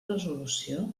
resolució